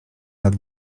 nad